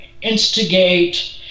instigate